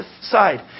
side